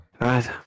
right